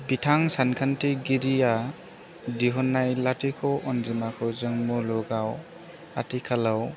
बिथां सानखान्थिगिरिया दिहुन्नाय लाथिख' अन्जिमाखौ जों मुलुगाव आथिखालाव